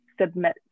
submit